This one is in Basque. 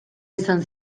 izan